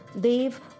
Dev